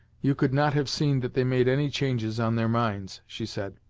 you could not have seen that they made any changes on their minds, she said,